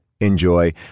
Enjoy